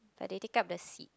but they take up the seats